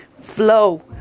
flow